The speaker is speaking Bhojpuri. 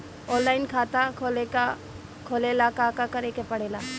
ऑनलाइन खाता खोले ला का का करे के पड़े ला?